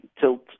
tilt